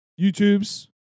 YouTube's